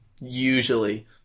usually